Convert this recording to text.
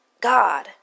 God